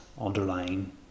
underlying